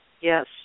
Yes